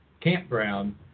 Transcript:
Campground